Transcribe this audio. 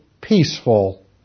peaceful